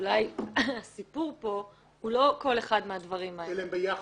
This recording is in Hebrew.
אולי הסיפור פה הוא לא כל אחד מהדברים האלה --- אלא ביחד.